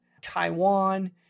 Taiwan